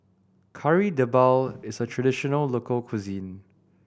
Kari Debal is a traditional local cuisine